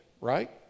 right